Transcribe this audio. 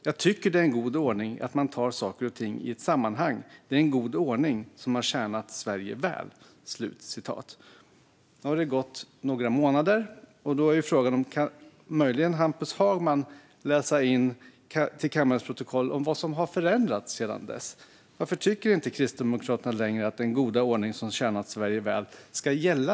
Jag tycker att det är en god ordning att man tar saker och ting i ett sammanhang. Det är en god ordning, som har tjänat Sverige väl." Nu har det gått några månader. Kan Hampus Hagman möjligen berätta för kammarens protokoll vad som har förändrats sedan dess? Varför tycker inte Kristdemokraterna längre att den goda ordning som har tjänat Sverige väl ska gälla?